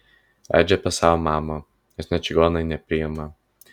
radži apie savo mamą jos net čigonai nepriima